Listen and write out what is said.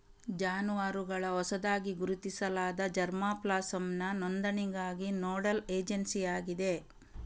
ಜಾನುವಾರುಗಳ ಹೊಸದಾಗಿ ಗುರುತಿಸಲಾದ ಜರ್ಮಾ ಪ್ಲಾಸಂನ ನೋಂದಣಿಗಾಗಿ ನೋಡಲ್ ಏಜೆನ್ಸಿಯಾಗಿದೆ